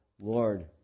Lord